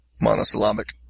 monosyllabic